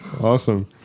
Awesome